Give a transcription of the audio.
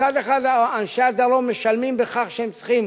מצד אחד, אנשי הדרום משלמים בכך שהם צריכים